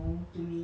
okay